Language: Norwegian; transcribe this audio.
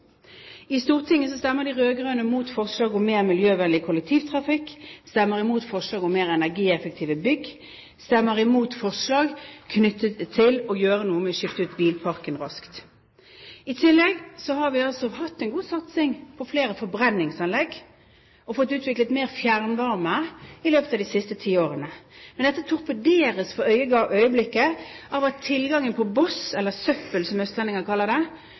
I Stortinget stemmer de rød-grønne imot forslag om mer miljøvennlig kollektivtrafikk, de stemmer imot forslag om mer energieffektive bygg, og de stemmer imot forslag knyttet til å skifte ut bilparken raskt. I tillegg: Vi har hatt en god satsing på flere forbrenningsanlegg, og vi har fått utviklet mer fjernvarme i løpet av de siste ti årene, men dette torpederes for øyeblikket ved at tilgangen på boss – eller søppel, som østlendingene kaller det